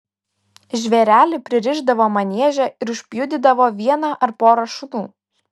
žvėrelį pririšdavo manieže ir užpjudydavo vieną ar porą šunų